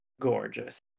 gorgeous